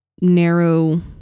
narrow